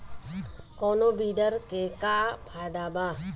कौनो वीडर के का फायदा बा?